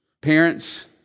Parents